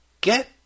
get